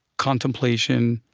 contemplation,